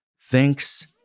Thanks